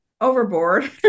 overboard